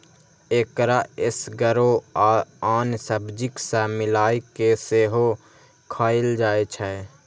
एकरा एसगरो आ आन सब्जीक संग मिलाय कें सेहो खाएल जाइ छै